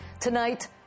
Tonight